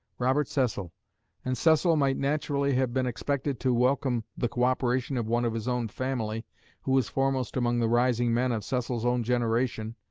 robert cecil and cecil might naturally have been expected to welcome the co-operation of one of his own family who was foremost among the rising men of cecil's own generation,